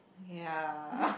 ya